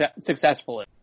successfully